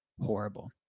horrible